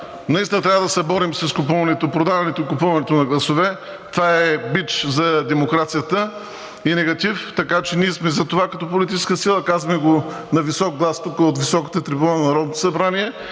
Наистина трябва да се борим с купуването и продаването на гласове – това е бич за демокрацията и негатив, така че ние сме за това като политическа сила, казваме го на висок глас тук от високата трибуна на Народното събрание,